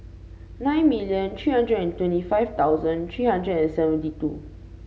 nine million three hundred and twenty five thousand three hundred and seventy two